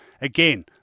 again